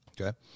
Okay